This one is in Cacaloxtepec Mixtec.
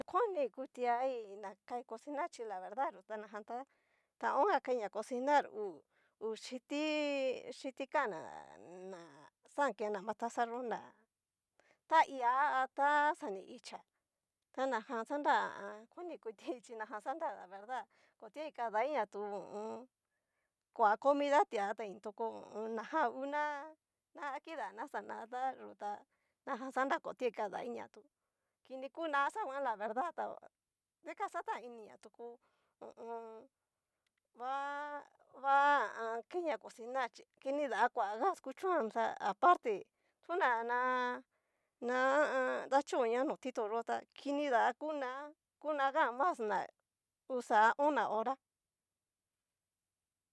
Koni kutuai na kai cosinar chí la verdad yú, ta jan ta, ta oonga kaiña cosinar, hu xhiti kan'na na xankena matanza yó, na ta iá a na xa ni ichá ta najan xanra koni kutuaí chi najan xanra la verdad otuai kadaiña tu ho o on. koa comida tuatain tu ho o on. na jan una na akidana xanata yu tá najan xanra otuai kadaiña tú kini kuná xaguan la verdad tá dikan xatan iniña tuku, ho o on. va va ha a an. keiña cosinar chí kini da kua gas kuchoan ta aparte kuna ná na a an. nachoña no titó xó ta kini da kuna kuna ga mas ná, uxa a ona hora.